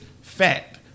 Fact